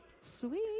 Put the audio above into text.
Sweet